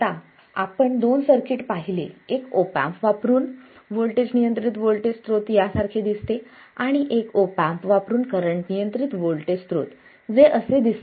आता आपण दोन सर्किट पाहिले आहे एक ऑप एम्प वापरून व्होल्टेज नियंत्रित व्होल्टेज स्रोत या सारखे दिसते आणि एक ऑप एम्प वापरून करंट नियंत्रित व्होल्टेज स्रोत जे असे दिसते